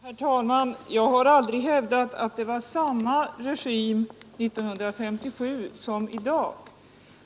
Herr talman! Jag har aldrig hävdat att det var samma regim 1957 som det är i dag.